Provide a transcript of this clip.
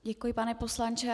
Děkuji, pane poslanče.